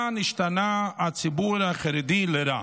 מה נשתנה הציבור החרדי לרעה?